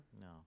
No